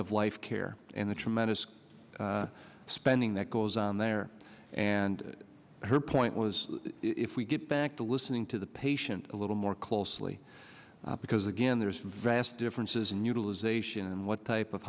life care and the tremendous spending that goes on there and her point was if we get back to listening to the patient a little more closely because again there's vast differences in utilization and what type of